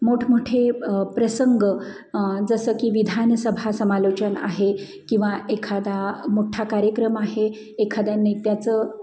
मोठमोठे प्रसंग जसं की विधानसभा समालोचन आहे किंवा एखादा मोठा कार्यक्रम आहे एखाद्या नेत्याचं